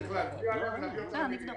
צריך להצביע עליה ולהביא אותה למליאה.